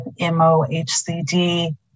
MOHCD